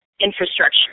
infrastructure